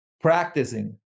practicing